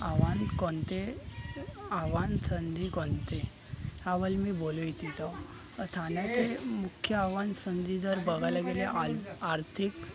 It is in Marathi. आव्हान कोणते आव्हान संधी कोणते ह्यावर मी बोलू इच्छित आहो ठाण्याचे मुख्य आव्हान संधी जर बघायला गेले आल आर्थिक